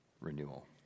renewal